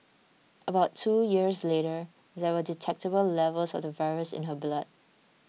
about two years later there were detectable levels of the virus in her blood